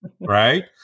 right